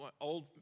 old